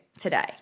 today